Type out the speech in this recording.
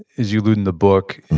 as you allude in the book,